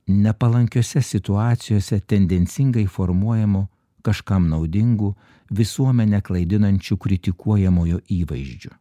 nepalankiose situacijose tendencingai formuojamu kažkam naudingu visuomenę klaidinančiu kritikuojamojo įvaizdžiu